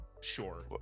Sure